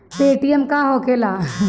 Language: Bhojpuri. पेटीएम का होखेला?